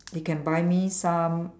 they can buy me some